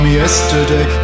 yesterday